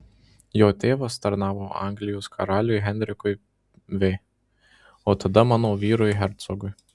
jo tėvas tarnavo anglijos karaliui henrikui v o tada mano vyrui hercogui